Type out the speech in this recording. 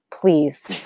please